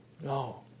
No